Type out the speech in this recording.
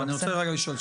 אני רוצה רגע לשאול.